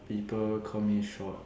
people call me short